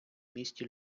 місті